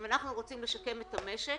אם אנחנו רוצים לשקם את המשק